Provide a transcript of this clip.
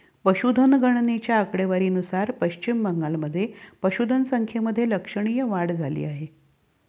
पशुधन गणनेच्या आकडेवारीनुसार पश्चिम बंगालमध्ये पशुधन संख्येमध्ये लक्षणीय वाढ झाली आहे